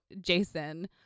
jason